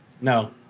No